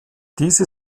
diese